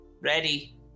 Ready